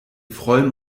freuen